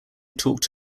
talked